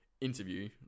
interview